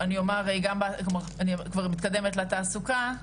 אני כבר מתקדמת לתעסוקה,